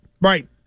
Right